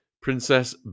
princess